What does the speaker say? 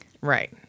Right